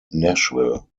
nashville